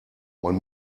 man